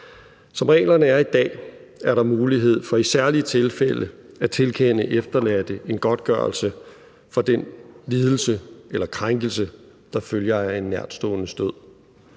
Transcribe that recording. Som reglerne er i dag er der mulighed for i særlige tilfælde at tilkende efterladte en godtgørelse for den lidelse eller krænkelse, der følger af en nærtståendes død.